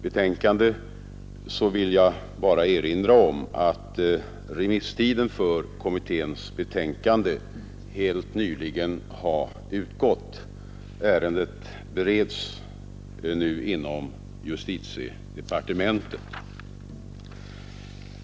Låt mig bara erinra om att remisstiden helt nyligen har utgått för denna kommittés betänkande. Ärendet bereds nu inom justitiedepartementet.